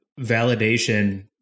validation